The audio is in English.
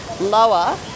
lower